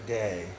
day